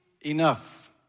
enough